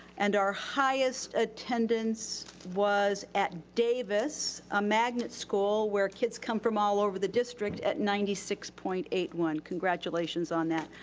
and our highest attendance was at davis, a magnet school, where kids come from all over the district, at ninety six point eight one. congratulations on that.